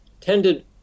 tended